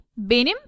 Benim